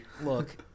Look